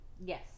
Yes